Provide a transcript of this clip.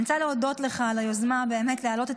אני רוצה להודות לך על היוזמה להעלות את